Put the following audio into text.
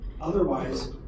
otherwise